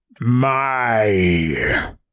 My